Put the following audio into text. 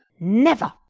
never!